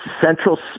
central